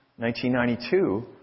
1992